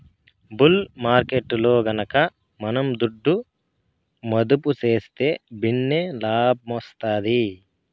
bull మార్కెట్టులో గనక మనం దుడ్డు మదుపు సేస్తే భిన్నే లాబ్మొస్తాది